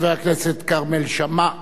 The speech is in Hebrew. חבר הכנסת כרמל שאמה,